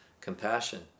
compassion